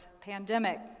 pandemic